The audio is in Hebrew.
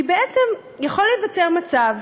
כי בעצם יכול להיווצר מצב